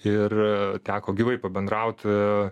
ir teko gyvai pabendrauti